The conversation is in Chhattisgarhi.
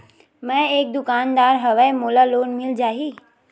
मै एक दुकानदार हवय मोला लोन मिल जाही?